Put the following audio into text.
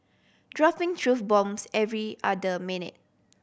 dropping truth bombs every other minute